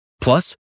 Plus